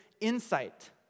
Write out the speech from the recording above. insight